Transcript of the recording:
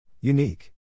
Unique